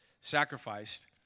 sacrificed